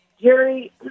Jerry